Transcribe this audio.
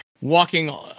walking